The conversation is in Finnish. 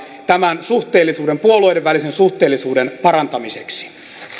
tämän puolueiden välisen suhteellisuuden parantamiseksi